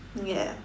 ya